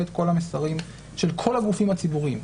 את כל המסרים של כל הגופים הציבוריים,